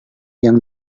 yang